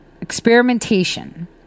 experimentation